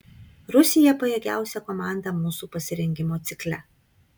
rusija pajėgiausia komanda mūsų pasirengimo cikle